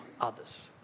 others